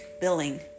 billing